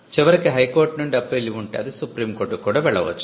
చివరికి హైకోర్టు నుండి అప్పీల్ ఉంటే అది సుప్రీంకోర్టుకు కూడా వెళ్ళవచ్చు